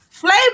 Flavor